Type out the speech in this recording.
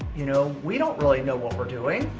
you know, we don't really know what we're doing.